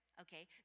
Okay